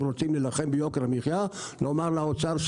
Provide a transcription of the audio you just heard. אם רוצים להילחם ביוקר המחיה לומר לאוצר,